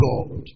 God